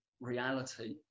reality